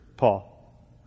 Paul